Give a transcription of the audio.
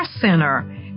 Center